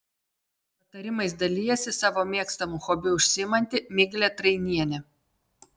patarimais dalijasi savo mėgstamu hobiu užsiimanti miglė trainienė